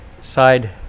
side